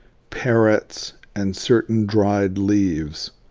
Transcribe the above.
parrots and certain dried leaves,